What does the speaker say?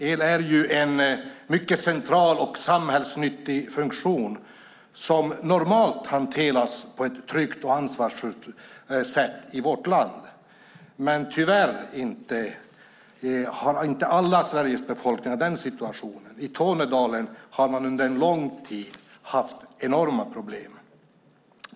El är en mycket central och samhällsnyttig funktion som normalt hanteras på ett tryggt och ansvarsfullt sätt i vårt land. Men tyvärr har inte hela Sveriges befolkning den situationen. I Tornedalen har man under en lång tid haft enorma problem.